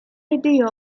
idea